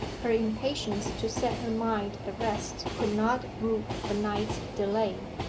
her impatience to set her mind at rest could not brook a night's delay.